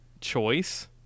choice